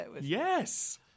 Yes